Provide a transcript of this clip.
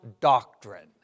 doctrine